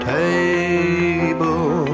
table